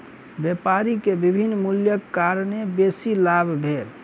व्यापारी के विभिन्न मूल्यक कारणेँ बेसी लाभ भेल